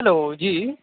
hello جی